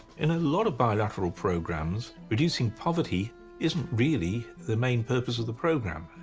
in a lot of bilateral programs, reducing poverty isn't really the main purpose of the program.